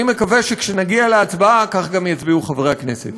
אני מקווה שכשנגיע להצבעה כך גם יצביעו חברי הכנסת.